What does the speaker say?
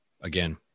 Again